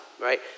right